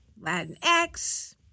Latinx